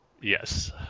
Yes